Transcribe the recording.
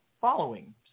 following